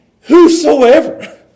Whosoever